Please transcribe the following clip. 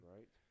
Right